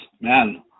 man